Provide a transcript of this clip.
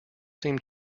seem